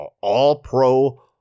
all-pro